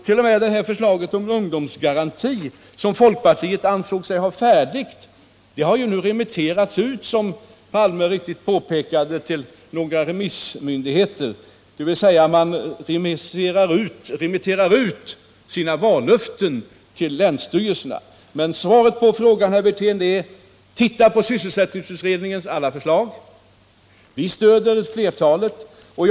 T. o. m. förslaget om ungdomsgaranti, som folkpartiet ansåg sig ha färdigt, har ju nu — som Olof Palme riktigt påpekat — sänts ut till några remissinstanser, dvs. man remitterar ut sina vallöften till länsstyrelserna. Men svaret på frågan, herr Wirtén, är: Titta på sysselsättningsutredningens alla förslag. Vi stöder flertalet av dem.